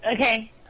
Okay